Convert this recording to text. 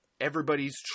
everybody's